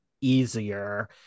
easier